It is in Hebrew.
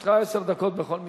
לרשותך עשר דקות בכל מקרה.